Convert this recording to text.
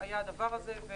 הדבר הזה היה,